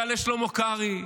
יעלה שלמה קרעי,